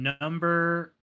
Number